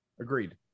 Agreed